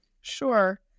Sure